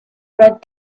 red